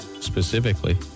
specifically